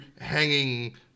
hanging